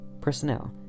Personnel